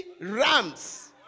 rams